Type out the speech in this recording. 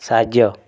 ସାହାଯ୍ୟ